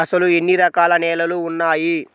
అసలు ఎన్ని రకాల నేలలు వున్నాయి?